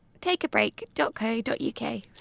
takeabreak.co.uk